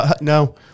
No